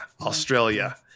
Australia